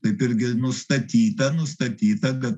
taip irgi nustatyta nustatyta kad